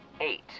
eight